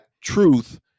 truth